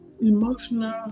Emotional